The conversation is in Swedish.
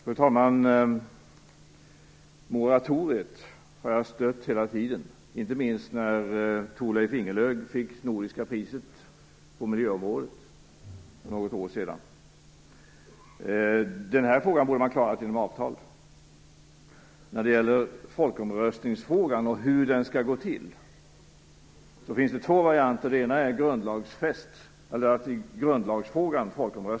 Fru talman! Jag har stött moratoriet hela tiden, inte minst när Thorleif Ingelöf fick Nordiska priset på miljöområdet för något år sedan. Den här frågan borde ha klarats av genom avtal. Det finns två varianter för hur en folkomröstning kan gå till. Den ena är att folkomrösta i grundlagsfrågan på valdagen.